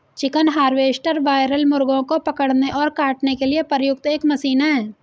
chicken harvester broiler मुर्गों को पकड़ने और काटने के लिए प्रयुक्त एक मशीन है